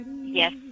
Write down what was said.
Yes